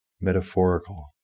metaphorical